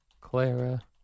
Clara